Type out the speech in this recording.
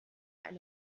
eine